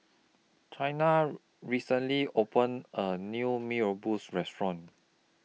Chynna recently opened A New Mee Rebus Restaurant